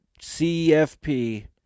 CFP